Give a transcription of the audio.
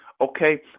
okay